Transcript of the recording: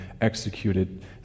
executed